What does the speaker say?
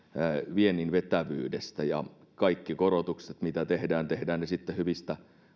viennin vetävyydestä kaikki korotukset mitä tehdään tehdään ne sitten hyvistä